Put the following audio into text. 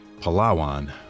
Palawan